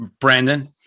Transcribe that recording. Brandon